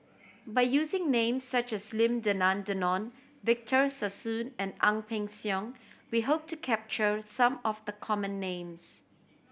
by using names such as Lim Denan Denon Victor Sassoon and Ang Peng Siong we hope to capture some of the common names